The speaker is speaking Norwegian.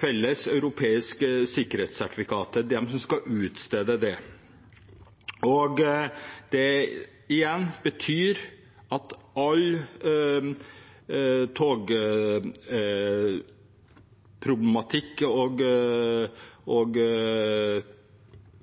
felles europeisk sikkerhetssertifikat – det er de som skal utstede det. Det igjen betyr at all togproblematikk og